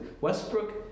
Westbrook